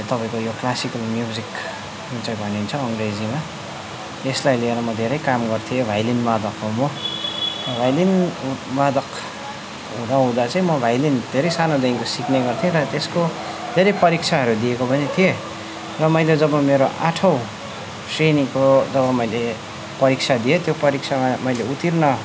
तपाईँको यो classical music जुन चाहिँ भनिन्छ अङ्ग्रेजीमा यसलाई लिएर म धेरै काम गर्थे भायोलिनबाधक हो म भायोलिनबाधक हुँदा हुँदा चाहिँ म भायोलिन धेरै सानोदेखिको सिक्ने गर्थेँ र त्यसको फेरि परीक्षाहरू दिएको पनि थिएँ र मैले जब मेरो आठौँ श्रेणीको जब मैले परीक्षा दिएँ त्यो परीक्षामा मैले उत्तीर्ण